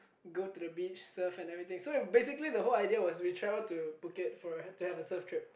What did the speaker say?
go to the beach surf and everything so basically the whole idea was we travel to Phuket for to have a surf trip